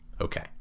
Okay